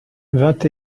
vingt